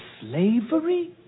slavery